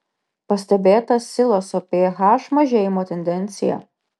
pastebėta siloso ph mažėjimo tendencija